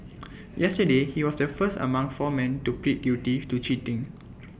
yesterday he was the first among four men to plead guilty to cheating